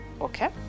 Okay